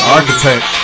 Architect